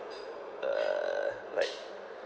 uh like